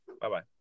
Bye-bye